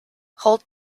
hold